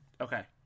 Okay